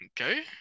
Okay